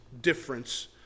difference